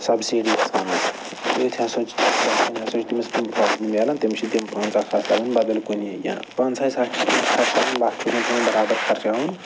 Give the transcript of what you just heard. تٔمِس چھِ تِم پنٛژاہ ساس پنٛژہَے ساس لچھ چھُس نہٕ پٮ۪وان بَرابر خَرچاوُن